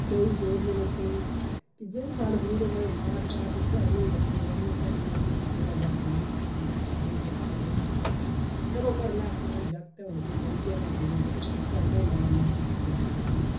स्येऊ चोरने लोकें दे किज्जा बी फल फरूट होंदा ते मार शार ते घरै आहलें गी बक्खरे ल्हामें घरै आह्लें गी आखना जी थुआढ़ा जागत नेहा ऐ नेहा ऐ एह् करदा ओह् करदा चलो घरै आह्लें आखना भाई जागत ऐ हून केह् करी गेआ होना पंगे घरै आह्लें बी मारना असेंगी कुट्टना शैल करियै